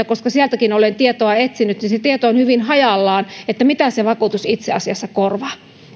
koska sieltäkin olen tietoa etsinyt niin on hyvin hajallaan se tieto siitä mitä se vakuutus itse asiassa korvaa